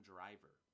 Driver